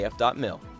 AF.mil